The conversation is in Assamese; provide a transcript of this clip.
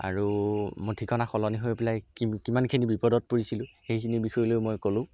আৰু মোৰ ঠিকনা সলনি হৈ পেলাই কিমানখিনি বিপদত পৰিছিলোঁ সেইখিনি বিষয়লৈয়ো মই ক'লো